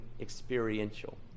experiential